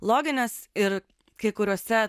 logines ir kai kuriuose